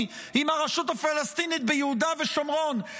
עם הרשות הפלסטינית ביהודה ושומרון,